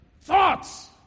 thoughts